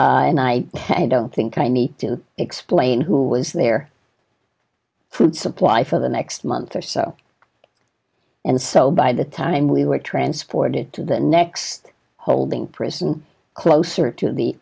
bugs and i don't think i need to explain who was their food supply for the next month or so and so by the time we were transported to the next holding prison closer to the